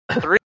three